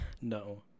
No